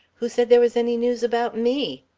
who said there was any news about me?